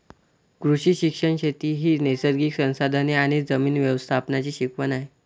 कृषी शिक्षण शेती ही नैसर्गिक संसाधने आणि जमीन व्यवस्थापनाची शिकवण आहे